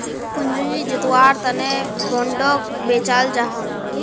पूँजी जुत्वार तने बोंडोक बेचाल जाहा